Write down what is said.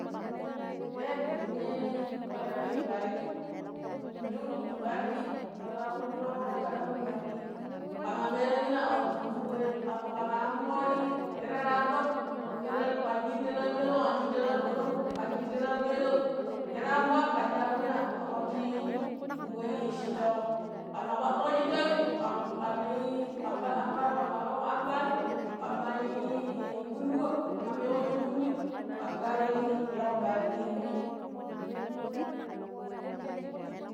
﻿Nee ni minjii ii waree no bariki dun tii bariki, kher laa khundu ptomon kho kadan tii bariki, khe maa mee na mina khan waattu dunkgo ii kha, khama ambu kho ii ta teeree an dok, khan yii teeree an pbele, khan yii teeree an gbononk khan yii teeree an pbeedeu teeree am fwaat khan chjaaru mina khan wattu ii dunkgo ii schittu kho khama kpaddu kho schittawii, khan, khan ii, kham pbal ampani, khama pbaal kho ampani, khamma ii ya bundu kho, khama mee khom yaa bundu khan karo ii mee kho bariki tii pbii dii.